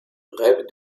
rêve